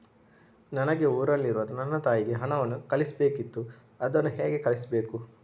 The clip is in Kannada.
ನನಗೆ ಊರಲ್ಲಿರುವ ನನ್ನ ತಾಯಿಗೆ ಹಣವನ್ನು ಕಳಿಸ್ಬೇಕಿತ್ತು, ಅದನ್ನು ಹೇಗೆ ಕಳಿಸ್ಬೇಕು?